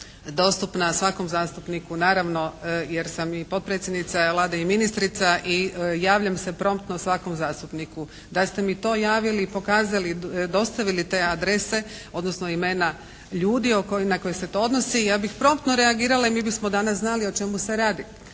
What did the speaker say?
dostupna svakom zastupniku naravno jer sam i potpredsjednica Vlade i ministrica i javljam se promptno svakom zastupniku. Da ste mi to javili i pokazali, dostavili te adrese odnosno imena ljudi na koje se to odnosi ja bih promptno reagirala i mi bismo danas znali o čemu se radi.